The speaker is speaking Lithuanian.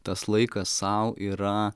tas laikas sau yra